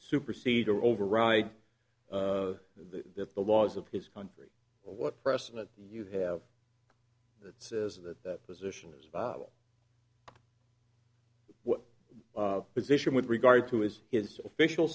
supersede or override that the laws of his country what precedent you have that says that the position is about what position with regard to his official